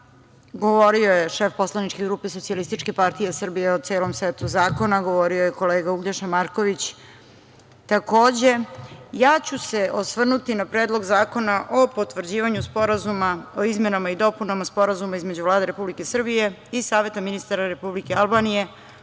govorio je šef poslaničke grupe SPS o celom setu zakona, govorio je kolega Uglješa Marković takođe, a ja ću se osvrnuti na Predlog zakona o potvrđivanju Sporazuma o izmenama i dopunama Sporazuma između Vlade Republike Srbije i Saveta ministara Republike Albanije